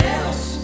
else